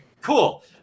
Cool